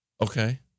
Okay